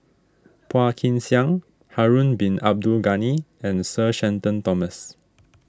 Phua Kin Siang Harun Bin Abdul Ghani and Sir Shenton Thomas